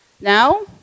Now